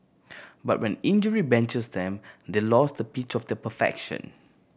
but when injury benches them they lose the pitch of the perfection